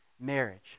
marriage